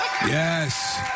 Yes